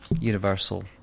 universal